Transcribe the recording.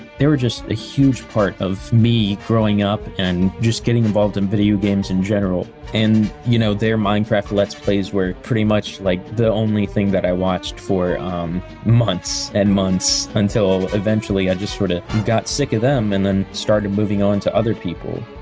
were just a huge part of me growing up and just getting involved in video games in general. and, you know, their minecraft let's plays were pretty much like the only thing that i watch for months and months, until eventually i just sort of got sick of them and started moving on to other people.